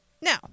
Now